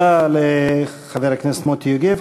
תודה לחבר הכנסת מוטי יוגב.